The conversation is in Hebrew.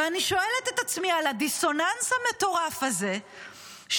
ואני שואלת את עצמי על הדיסוננס המטורף הזה שמיליוני